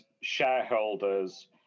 shareholders